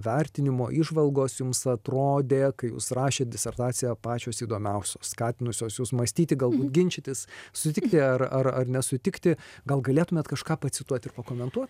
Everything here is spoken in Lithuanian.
vertinimo įžvalgos jums atrodė kai jūs rašėt disertaciją pačios įdomiausios skatinusios jus mąstyti gal ginčytis sutikti ar ar nesutikti gal galėtumėt kažką pacituoti pakomentuot